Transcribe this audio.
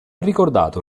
ricordato